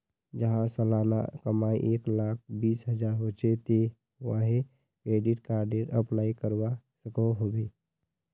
जहार सालाना कमाई एक लाख बीस हजार होचे ते वाहें क्रेडिट कार्डेर अप्लाई करवा सकोहो होबे?